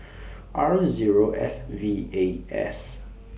R Zero F V A S